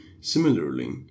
Similarly